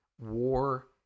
war